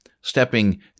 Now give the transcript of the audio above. stepping